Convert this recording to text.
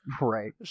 right